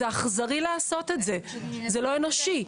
זה אכזרי לעשות את זה; זה לא אנושי.